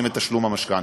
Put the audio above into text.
ממילא,